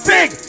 Big